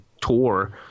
tour